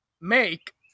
make